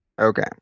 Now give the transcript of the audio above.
Okay